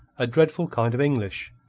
a dreadful kind of english,